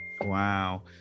Wow